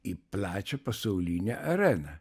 į plačią pasaulinę areną